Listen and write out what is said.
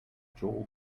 joel